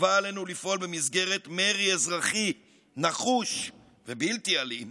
חובה עלינו לפעול במסגרת מרי אזרחי נחוש ובלתי אלים